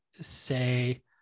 say